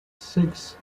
six